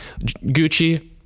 Gucci